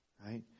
right